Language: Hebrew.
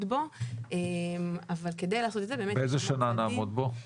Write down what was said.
בו אבל כדי לעשות את זה --- באיזה שנה נעמוד בו?